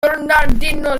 bernardino